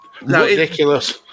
Ridiculous